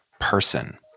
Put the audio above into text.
person